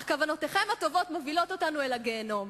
אך כוונותיכם הטובות מובילות אותנו אל הגיהינום,